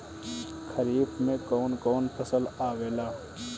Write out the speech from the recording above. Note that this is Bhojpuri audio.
खरीफ में कौन कौन फसल आवेला?